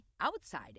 outside